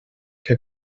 que